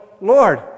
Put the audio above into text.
Lord